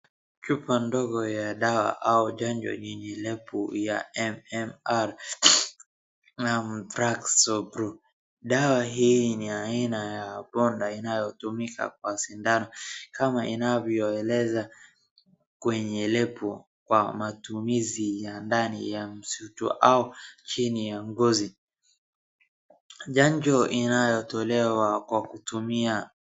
Chupa ndogo ya dawa au chanjo yenye lebo ya M-M-RvaxPro . Dawa hii ni ya aina ya poda inayotumika kwa sindano kama inavyoeleza kwenye lebo kwa matumizi ya ndani ya msuchu au chini ya ngozi. Chanjo inayotolewa kwa kutumia...